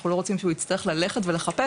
אנחנו לא רוצים שהוא יצטרך ללכת ולחפש,